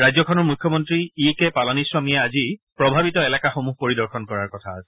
ৰাজ্যখনৰ মুখ্যমন্ত্ৰী ই কে পালানিস্বামীয়ে আজি প্ৰভাৱিত এলেকাসমূহ পৰিদৰ্শন কৰাৰ কথা আছে